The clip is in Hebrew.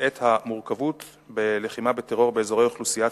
את המורכבות בלחימה בטרור באזורי אוכלוסייה,